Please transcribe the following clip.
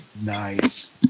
Nice